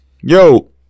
yo